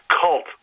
cult